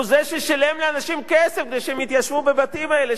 הוא ששילם לאנשים כסף כדי שהם יתיישבו בבתים האלה,